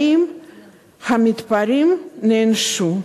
האם המתפרעים נענשו?